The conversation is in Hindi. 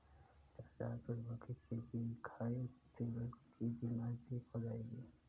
चाचा आप सूरजमुखी के बीज खाइए, दिल की बीमारी ठीक हो जाएगी